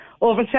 over